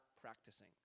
practicing